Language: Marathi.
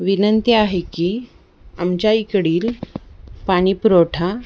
विनंती आहे की आमच्या इकडील पाणीपुरवठा